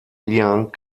liang